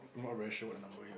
not very sure the number here